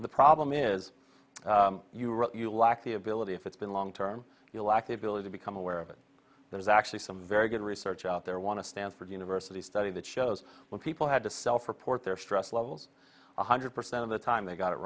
the problem is you wrote you lack the ability if it's been long term you lack the ability to become aware of it there is actually some very good research out there want to stanford university study that shows what people had to self report their stress levels one hundred percent of the time they got it